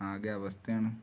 ആകെ അവസ്ഥയാണ്